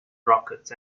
rockets